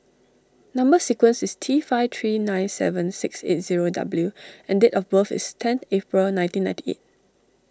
Number Sequence is T five three nine seven six eight zero W and date of birth is ten April nineteen ninety eight